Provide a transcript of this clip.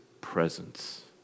presence